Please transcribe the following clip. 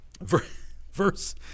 Verse